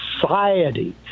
society